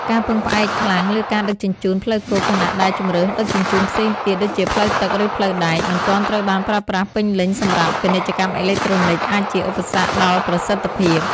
ការពឹងផ្អែកខ្លាំងលើការដឹកជញ្ជូនផ្លូវគោក ខណៈដែលជម្រើសដឹកជញ្ជូនផ្សេងទៀត (ដូចជាផ្លូវទឹក ឬផ្លូវដែក) មិនទាន់ត្រូវបានប្រើប្រាស់ពេញលេញសម្រាប់ ពាណិជ្ជកម្មអេឡិចត្រូនិក អាចជាឧបសគ្គដល់ប្រសិទ្ធភាព។